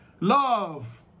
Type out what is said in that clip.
Love